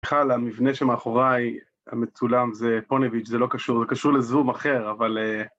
בכלל המבנה שמאחורי, המצולם, זה פוניביץ', זה לא קשור, זה קשור לזום אחר אבל